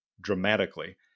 dramatically